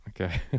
Okay